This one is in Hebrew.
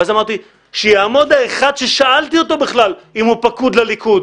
ואז אמרתי: שיעמוד האחד ששאלתי אותו בכלל אם הוא פקוד לליכוד.